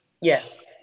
Yes